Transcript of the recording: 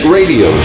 Radio